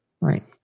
right